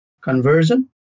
conversion